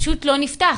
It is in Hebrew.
פשוט לא נפתח.